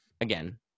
again